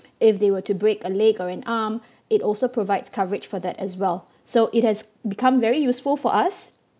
if they were to break a leg or an arm it also provides coverage for that as well so it has become very useful for us